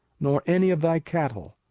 nor any of thy cattle,